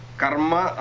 Karma